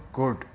good